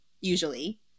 usually